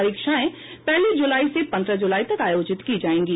परीक्षाएं पहली ज़ुलाई से पन्द्रह ज़ुलाई तक आयोजित की जाएंगी